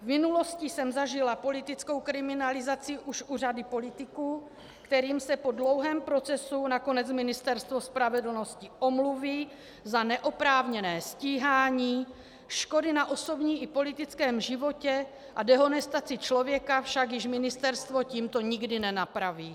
V minulosti jsem zažila politickou kriminalizaci už u řady politiků, kterým se po dlouhém procesu nakonec Ministerstvo spravedlnosti omluví za neoprávněné stíhání, škody na osobním i politickém životě a dehonestaci člověka však již ministerstvo tímto nikdy nenapraví.